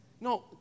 No